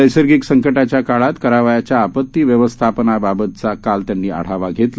नैसर्गिक संकटाच्या काळात करावयाच्या आपती व्यवस्थापनाबाबतचा काल त्यांनी आढावा घेतला